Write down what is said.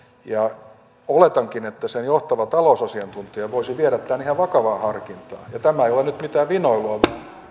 ja oletankin että sen johtava talousasiantuntija voisi viedä tämän ihan vakavaan harkintaan tämä ei ole nyt mitään vinoilua